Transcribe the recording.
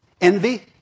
Envy